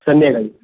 संध्याकाळी